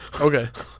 Okay